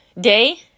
day